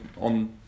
on